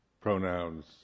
pronouns